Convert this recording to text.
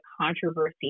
controversy